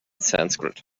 sanskrit